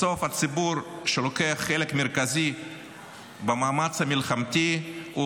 בסוף הציבור שלוקח חלק מרכזי במאמץ המלחמתי הוא